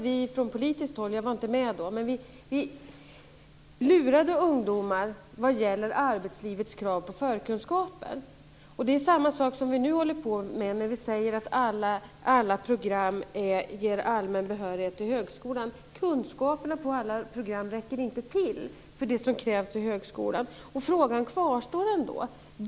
Vi från politiskt håll - jag var inte med då - lurade ungdomar vad gäller arbetslivets krav på förkunskaper. Det är samma sak som vi nu håller på med när vi säger att alla program ger allmän behörighet till högskolan. Kunskaperna på alla program räcker inte till för det som krävs i högskolan. Frågan kvarstår.